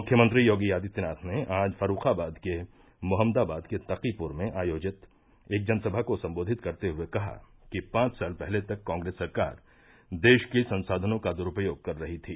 मुख्यमंत्री योगी आदित्यनाथ ने आज फर्रुखाबाद के मोहम्मदाबाद के तकीपूर में आयोजित एक जनसभा को सम्बोधित करते हये कहा कि पांच साल पहले तक कॉग्रेस सरकार देश के संसाधनों का दुरूपयोग कर रही थी